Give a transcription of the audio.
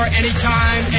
anytime